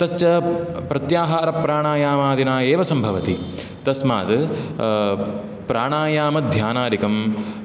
तच्च प्रत्याहारप्राणायामादिना एव सम्भवति तस्माद् प्राणायामध्यानादिकं